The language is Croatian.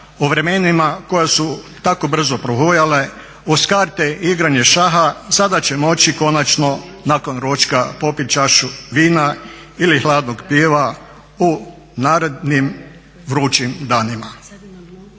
o vremenima koja su tako brzo prohujale, uz karte i igranje šaha sada će moći konačno nakon ručka popiti čašu vina ili hladnog piva u narednim vrućim danima.